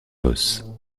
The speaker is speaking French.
bosses